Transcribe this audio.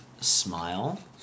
smile